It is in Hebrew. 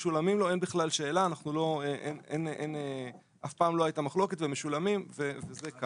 משולמים לו; אין בכלל שאלה ואף פעם לא הייתה מחלוקת לגבי זה.